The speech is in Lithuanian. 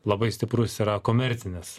labai stiprus yra komercinis